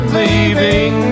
leaving